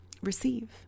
receive